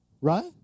right